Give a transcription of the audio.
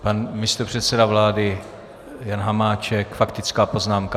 Pan místopředseda vlády Jan Hamáček, faktická poznámka.